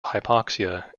hypoxia